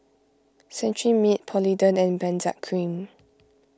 Cetrimide Polident and Benzac Cream